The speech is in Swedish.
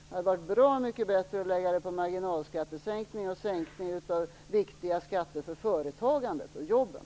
Det hade varit bra mycket bättre att i stället lägga dem på en marginalskattesänkning och en sänkning av viktiga skatter för företagandet och jobben.